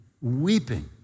weeping